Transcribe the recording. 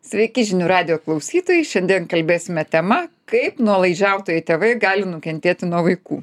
sveiki žinių radijo klausytojai šiandien kalbėsime tema kaip nuolaidžiautojai tėvai gali nukentėti nuo vaikų